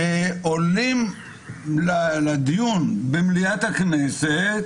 עולים לדיון במליאת הכנסת,